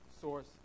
source